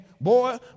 boy